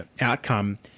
outcome